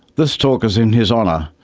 this talk is in his honour,